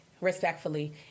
respectfully